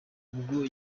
ubwo